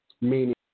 meaning